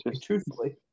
Truthfully